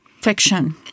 fiction